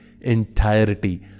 entirety